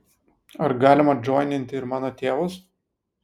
ar galima džoininti ir mano tėvus